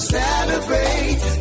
celebrate